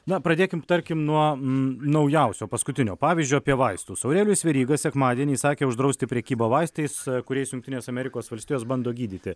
na pradėkim tarkim nuo naujausio paskutinio pavyzdžio apie vaistus aurelijus veryga sekmadienį įsakė uždrausti prekybą vaistais kuriais jungtinės amerikos valstijos bando gydyti